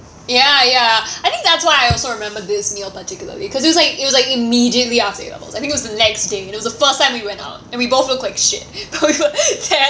ya ya I think that's why I also remember this meal particularly because it was like it was like immediately after A levels I think it was the next day and it was the first time we went out and we both look like shit but we were there